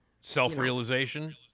self-realization